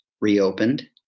reopened